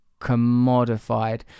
commodified